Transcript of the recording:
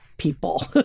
People